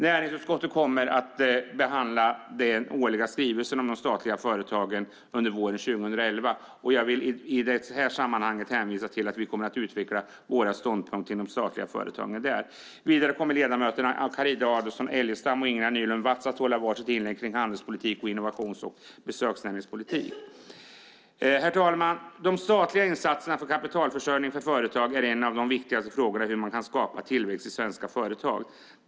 Näringsutskottet kommer att behandla den årliga skrivelsen om de statliga företagen under våren 2011. Jag vill i det här sammanhanget hänvisa till att vi kommer att utveckla våra ståndpunkter när det gäller de statliga företagen där. Vidare kommer ledamöterna Carina Adolfsson Elgestam och Ingela Nylund Watz att hålla var sitt inlägg kring handelspolitik och innovations och besöksnäringspolitik. Herr talman! De statliga insatserna för kapitalförsörjning för företag är en av de viktigaste frågorna när det gäller hur man kan skapa tillväxt i svenska företag.